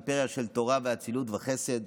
אימפריה של תורה ואצילות וחסד.